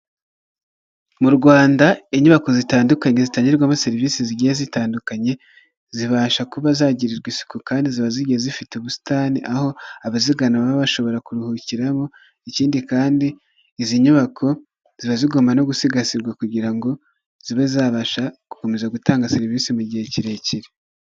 Mu Rwanda inyubako zitandukanye zitangirwaho serivisi zigiye zitandukanye, zibasha kuba zagirirwa isuku kandi ziba zigiye zifite ubusitani, aho abazigana baba bashobora kuruhukiramo, ikindi kandi izi nyubako ziba zigomba no gusigasirwa kugira ngo zibe zabasha gukomeza gutanga serivisi mu gihe kirekire.